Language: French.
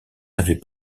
n’avait